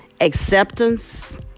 acceptance